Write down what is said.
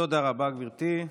תודה רבה, גברתי.